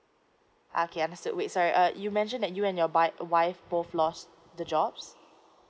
okay understood wait sorry uh you mentioned that you and your bike wife both lost the jobs